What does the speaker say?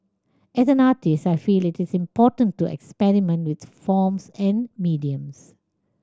as an artist I feel it is important to experiment with forms and mediums